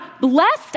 blessed